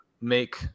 make –